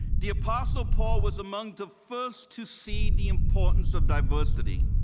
the apostle paul was among the first to see the importance of diversity.